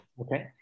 Okay